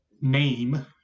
name